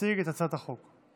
להציג את הצעת החוק.